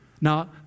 Now